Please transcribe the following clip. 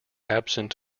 absent